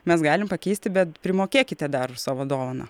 mes galim pakeisti bet primokėkite dar už savo dovaną